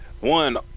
one